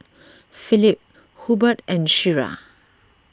Phillip Hubbard and Shira